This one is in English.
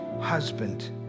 husband